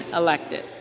elected